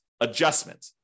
adjustment